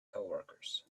coworkers